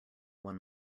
one